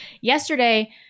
Yesterday